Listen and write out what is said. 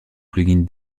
plugins